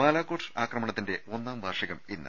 ബാലാകോട്ട് ആക്രമണത്തിന്റെ ഒന്നാം വാർഷികം ഇന്ന്